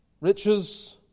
riches